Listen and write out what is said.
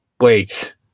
Wait